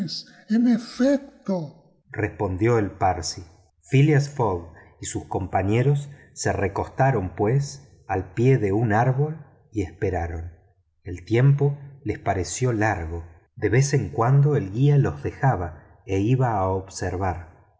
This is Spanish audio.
respondió el parsi phileas fogg y sus compañeros se recostaron pues al pie de un árbol y esperaron el tiempo les pareció largo de vez en cuando el guía los dejaba e iba a observar